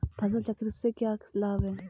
फसल चक्र के क्या लाभ हैं?